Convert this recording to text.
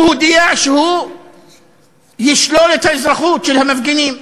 הוא הודיע שהוא ישלול את האזרחות של המפגינים.